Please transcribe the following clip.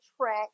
track